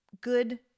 good